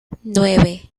nueve